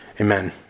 Amen